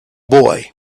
boy